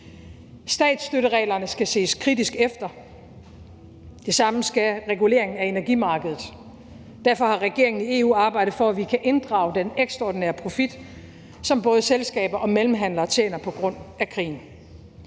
Statsstøttereglerne skal ses kritisk efter, og det samme skal reguleringen af energimarkedet. Derfor har regeringen i EU arbejdet for, at vi kan inddrage den ekstraordinære profit, som både selskaber og mellemhandlere opnår på grund af krigen.